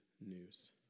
news